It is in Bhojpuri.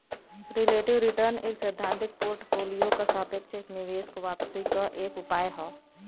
रिलेटिव रीटर्न एक सैद्धांतिक पोर्टफोलियो क सापेक्ष एक निवेश क वापसी क एक उपाय हौ